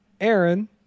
Aaron